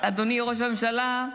אדוני ראש הממשלה,